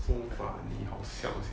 so funny 你好笑一下